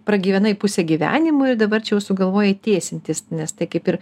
pragyvenai pusę gyvenimo ir dabar čia jau sugalvojai tiesintis nes tai kaip ir